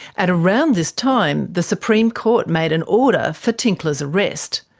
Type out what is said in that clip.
at around this time, the supreme court made an order for tinkler's arrest,